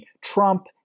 Trump